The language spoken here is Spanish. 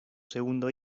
segundo